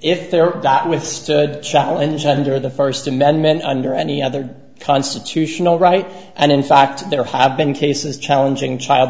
if there are that withstood challenge under the first amendment under any other constitutional right and in fact there have been cases challenging child